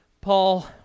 Paul